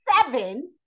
seven